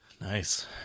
Nice